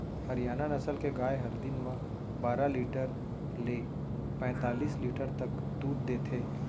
हरियाना नसल के गाय हर दिन म बारा लीटर ले पैतालिस लीटर तक दूद देथे